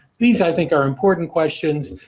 these i think are important questions.